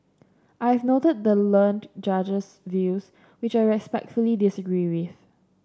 I have noted the learned Judge's views which I respectfully disagree with